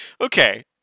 Okay